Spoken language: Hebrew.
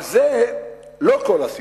אבל זה לא כל הסיפור.